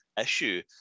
issue